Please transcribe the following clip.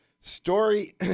story